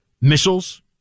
missiles